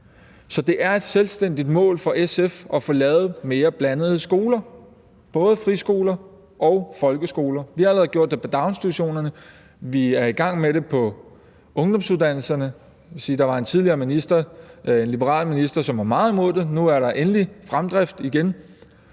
Så det er et selvstændigt mål for SF at få lavet mere blandede skoler, både friskoler og folkeskoler. Vi har allerede gjort det i daginstitutionerne, og vi er i gang med det på ungdomsuddannelserne. Der var en tidligere minister, en liberal minister, der var meget imod det, men nu er der endelig fremdrift igen,